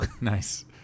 Nice